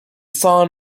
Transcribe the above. son